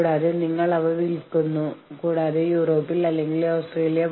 കൂടാതെ പരിഹരിക്കപ്പെടാത്ത ഒരു തടസ്സം ഒരു സമരത്തിലേക്ക് നയിച്ചേക്കാം